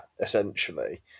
essentially